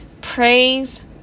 Praise